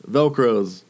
Velcros